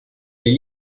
les